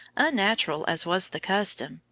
unnatural as was the custom,